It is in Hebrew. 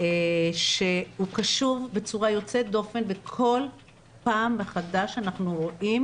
שהוא קשוב בצורה יוצאת דופן וכל פעם מחדש אנחנו רואים